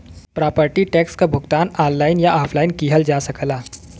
property tax क भुगतान online या ऑफलाइन किहल जा सकला